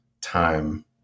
time